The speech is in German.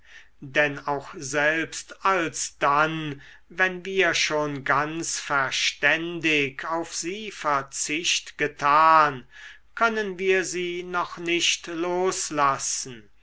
denn auch selbst alsdann wenn wir schon ganz verständig auf sie verzicht getan können wir sie noch nicht loslassen